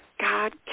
God